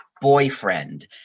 boyfriend